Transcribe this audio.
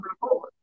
forward